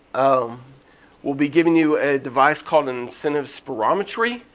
um we'll be giving you a device called an incentive spirometry.